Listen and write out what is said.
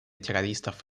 террористов